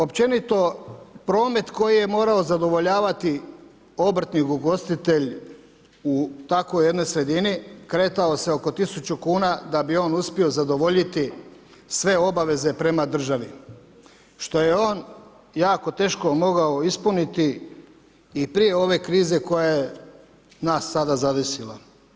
Općenito, promet koji je morao zadovoljavati obrtnik, ugostitelj u takvoj jednoj sredini kretao se oko 1000 kuna da bi on uspio zadovoljiti sve obaveze prema državi, što je on jako teško mogao ispuniti i prije ove krize koja je nas sada zadesila.